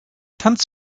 tanz